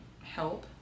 help